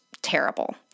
Terrible